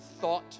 thought